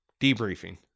debriefing